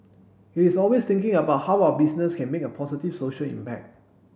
he is always thinking about how our business can make a positive social impact